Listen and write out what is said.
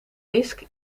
risk